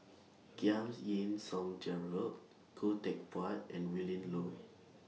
Giam Yean Song Gerald Khoo Teck Puat and Willin Low